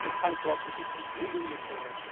um hans roslin became really, really famous,